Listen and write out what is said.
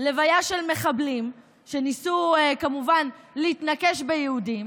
לוויה של מחבלים שניסו, כמובן, להתנקש ביהודים.